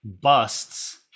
busts